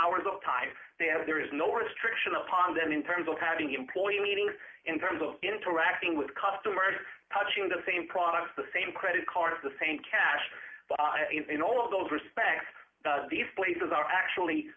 hours of time they have there is no restriction upon them in terms of having employees meetings in terms of interacting with customers touching the same products the same credit card of the same cash in all of those respects these places are actually